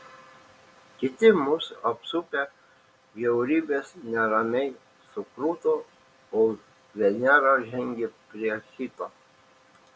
kiti mus apsupę bjaurybės neramiai sukruto o venera žengė prie hito